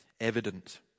Evident